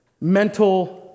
mental